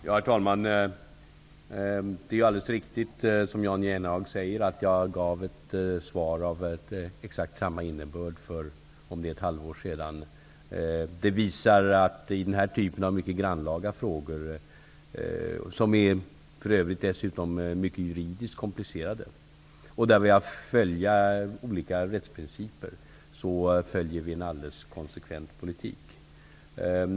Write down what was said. Herr talman! Det är alldeles riktigt som Jan Jennehag säger att jag gav ett svar av exakt samma innebörd för ett halvår sedan. Det visar att vi i den här typen av mycket grannlaga frågor, som för övrigt är mycket juridiskt komplicerade och i vilka vi har att följa olika rättsprinciper, följer en alldeles konsekvent politik.